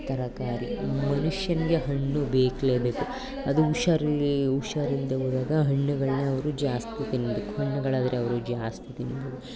ತರಕಾರಿ ಮನುಷ್ಯನಿಗೆ ಹಣ್ಣು ಬೇಕೇ ಬೇಕು ಅದು ಹುಷಾರ್ ಹುಷಾರ್ ಇಲ್ಲದೇ ಹೋದಾಗ ಹಣ್ಣುಗಳನ್ನೆ ಅವರು ಜಾಸ್ತಿ ತಿನ್ನಬೇಕು ಹಣ್ಣುಗಳಾದರೆ ಅವರು ಜಾಸ್ತಿ ತಿನ್ಬೌದು